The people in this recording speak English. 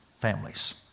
families